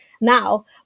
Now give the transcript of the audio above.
now